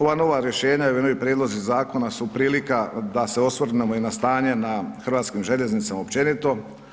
Ova nova rješenja i ovi prijedlozi zakona su prilika da se osvrnemo i na stanje na hrvatskim željeznicama općenito.